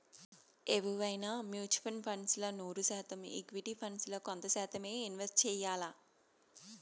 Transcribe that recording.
ఎవువైనా mutual funds ల నూరు శాతం ఈక్విటీ ఫండ్స్ ల కొంత శాతమ్మే ఇన్వెస్ట్ చెయ్యాల్ల